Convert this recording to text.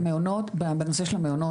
בנושא של המעונות,